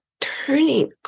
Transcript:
Turning